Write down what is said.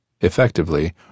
Effectively